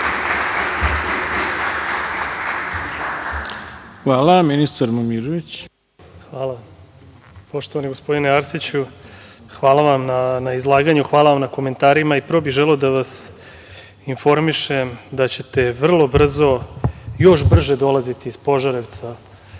**Tomislav Momirović** Poštovani gospodine Arsiću, hvala vam na izlaganju, hvala vam na komentarima. Prvo bih želeo da vas informišem da ćete vrlo brzo, još brže dolaziti iz Požarevca